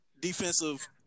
defensive